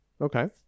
Okay